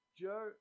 Joe